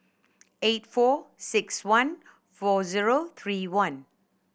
eight four six one four zero three one